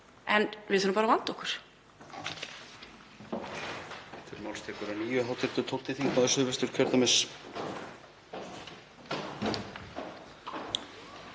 en við þurfum að vanda okkur.